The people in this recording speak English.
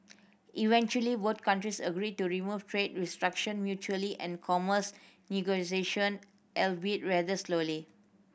eventually both countries agreed to remove trade restriction mutually and commence negotiation albeit rather slowly